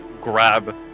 grab